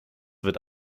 wird